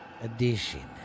edition